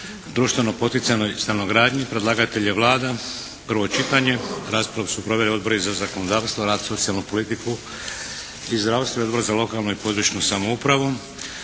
prvo čitanje P.Z. br. 647 Predlagatelj je Vlada, prvo čitanje. Raspravu su proveli Odbori za zakonodavstvo, rad, socijalnu politiku i zdravstvo i Odbor za lokalnu i područnu samoupravu.